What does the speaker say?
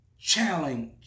challenge